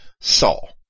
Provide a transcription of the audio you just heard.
Saul